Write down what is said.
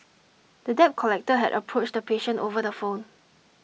the debt collector had approached the patient over the phone